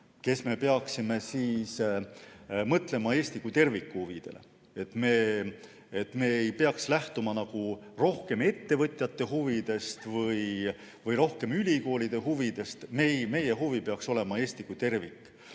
kes me peaksime mõtlema Eesti kui terviku huvidele. Me ei tohiks lähtuda rohkem ettevõtjate huvidest või rohkem ülikoolide huvidest, vaid meie huvi peaks olema Eesti kui tervik.